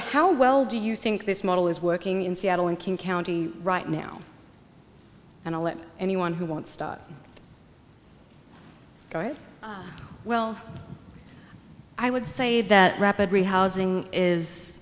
how well do you think this model is working in seattle and king county right now and let anyone who wants to go well i would say that rapidly housing is